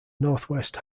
northwest